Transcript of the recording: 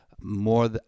More